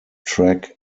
track